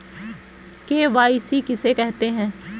KYC किसे कहते हैं?